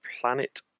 planet